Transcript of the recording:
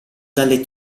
dalle